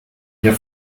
hier